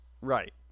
Right